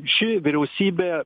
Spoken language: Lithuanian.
ši vyriausybė